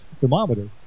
thermometer